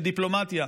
דיפלומטיה: